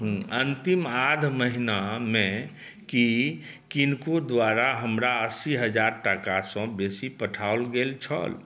अन्तिम आध महिनामे की किनको द्वारा हमरा अस्सी हजार टाकासँ बेसी पठाओल गेल छल